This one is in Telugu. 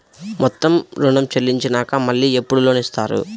మొత్తం ఋణం చెల్లించినాక మళ్ళీ ఎప్పుడు లోన్ ఇస్తారు?